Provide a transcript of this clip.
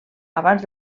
abans